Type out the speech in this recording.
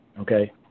Okay